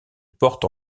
porte